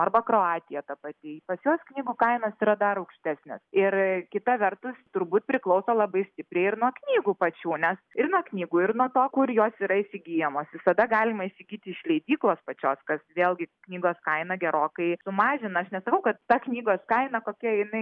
arba kroatija ta pati pas juos knygų kainos yra dar aukštesnės ir kita vertus turbūt priklauso labai stipriai ir nuo knygų pačių nes ir nuo knygų ir nuo to kur jos yra įsigyjamos visada galima įsigyti iš leidyklos pačios kas vėlgi knygos kainą gerokai sumažina nesakau kad ta knygos kaina kokia jinai